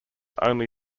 only